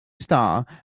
star